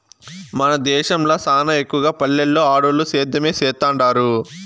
మన దేశంల సానా ఎక్కవగా పల్లెల్ల ఆడోల్లు సేద్యమే సేత్తండారు